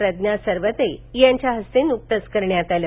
प्रज्ञा सरवदे यांच्या हस्ते नुकतंच करण्यात आलं